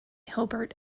hilbert